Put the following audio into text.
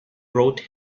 wrote